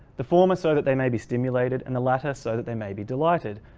the former so that they may be stimulated and the latter so that they may be delighted.